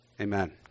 Amen